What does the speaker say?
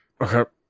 Okay